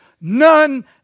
none